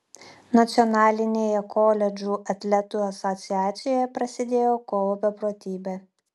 nacionalinėje koledžų atletų asociacijoje prasidėjo kovo beprotybė